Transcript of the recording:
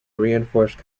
reinforced